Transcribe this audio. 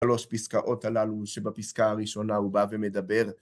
שלוש פסקאות הללו שבפסקה הראשונה הוא בא ומדבר.